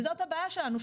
וזאת הבעיה שלנו,